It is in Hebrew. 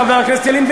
חבר הכנסת ילין,